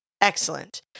excellent